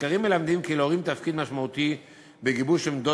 מחקרים מלמדים כי להורים תפקיד משמעותי בגיבוש עמדות